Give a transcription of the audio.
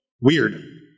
weird